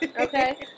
Okay